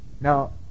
Now